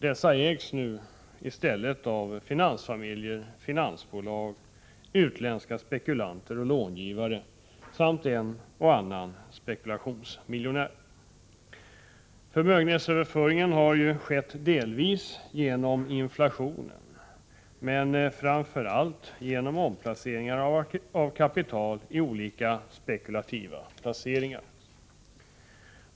Dessa ”ägs” nu i stället av finansfamiljer, finansbolag, utländska spekulanter och långivare samt en och annan spekulationsmiljonär. Förmögenhetsöverföringen har skett delvis genom inflationen, men framför allt genom omplaceringar av kapital i olika spekulativa placeringar.